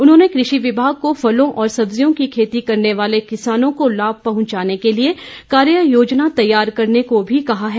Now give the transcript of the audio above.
उन्होंने कृषि विभाग को फलों और सब्जियों की खेती करने वाले किसानों को लाभ पहुंचाने के लिए कार्य योजना तैयार करने को भी कहा है